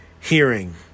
Hearing